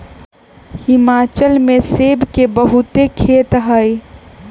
हिमाचल में सेब के बहुते खेत हई